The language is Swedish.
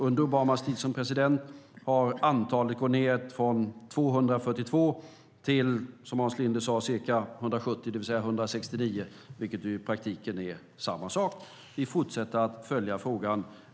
Under Obamas tid som president har antalet gått ned från 242 till ca 170, det vill säga 169, vilket i praktiken är samma sak. Vi fortsätter att följa frågan.